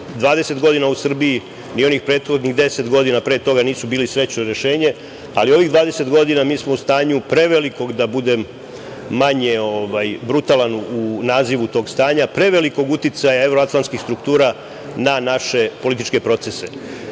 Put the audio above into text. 20 godina u Srbiji i onih prethodnih 10 godina pre toga nisu bili srećno rešenje, ali ovih 20 godina mi smo u stanju prevelikog, da budem manje brutalan u nazivu tog stanja, prevelikog uticaja evroatlanskih struktura na naše političke procese.